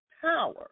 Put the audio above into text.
power